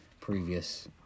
previous